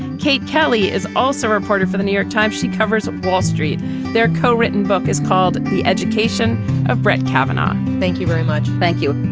kate kelly is also a reporter for the new york times she covers wall street they're co-written book is called the education of brett kavanaugh. thank you very much. thank you.